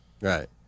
Right